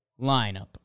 lineup